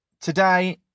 today